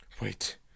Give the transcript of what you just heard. Wait